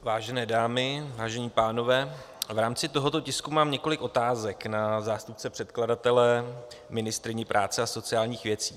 Vážené dámy, vážení pánové, v rámci tohoto tisku mám několik otázek na zástupce předkladatele, ministryni práce a sociálních věcí.